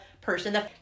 person